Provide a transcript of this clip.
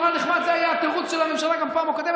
אותה לא מאמינים בקיומה של אותה מדינה?